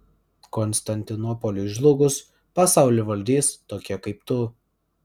konstantinopoliui žlugus pasaulį valdys tokie kaip tu